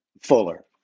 fuller